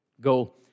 Go